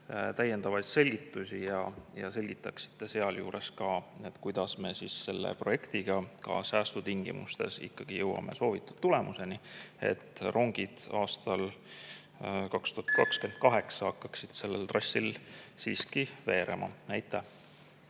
täiendavaid selgitusi ja selgitaksite sealjuures, kuidas me selle projektiga ka säästutingimustes ikkagi jõuame soovitud tulemuseni, et rongid aastal 2028 hakkaksid sellel trassil siiski veerema. Aitäh!